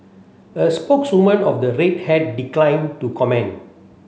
a spokeswoman of the Red Hat declined to comment